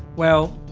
well,